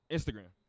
Instagram